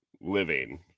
living